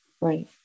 right